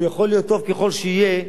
הוא יכול להיות טוב ככל שיהיה,